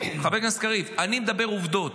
חבר הכנסת קריב, אני מדבר עובדות.